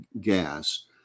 gas